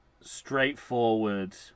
straightforward